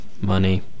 money